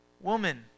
woman